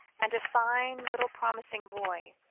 and a fine little promising boy,